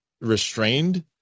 restrained